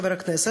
חבר הכנסת,